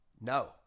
No